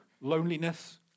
loneliness